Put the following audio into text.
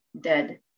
dead